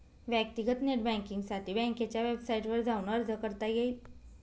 व्यक्तीगत नेट बँकींगसाठी बँकेच्या वेबसाईटवर जाऊन अर्ज करता येईल